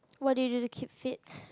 what do you do to keep fit